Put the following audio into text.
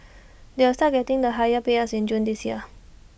they will start getting the higher payouts in June this year